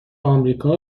آمریکا